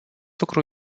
lucru